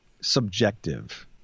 subjective